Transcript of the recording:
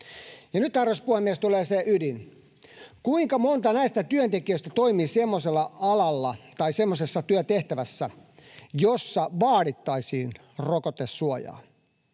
nyt, arvoisa puhemies, tulee se ydin: Kuinka monta näistä työntekijöistä toimii semmoisella alalla tai semmoisessa työtehtävässä, jossa vaadittaisiin rokotesuojaa?